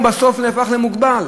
בסוף הוא הופך למוגבל.